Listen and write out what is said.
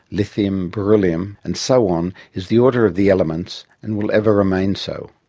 lithium, beryllium, and so on is the order of the elements, and will ever remain so.